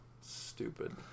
stupid